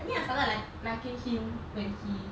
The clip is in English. I mean I started like liking him when he